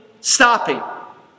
stopping